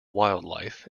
wildlife